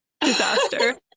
disaster